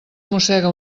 mossega